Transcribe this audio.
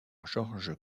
georges